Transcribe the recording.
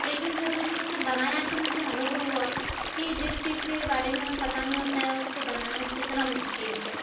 लेकिन जब मैंने उसे बनाया तो मुझे अनुभव हुआ कि जिस चीज़ के बारे में हमें पता नहीं होता है उससे बनाना कितना मुश्किल है